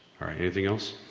alright, anything else?